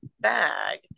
bag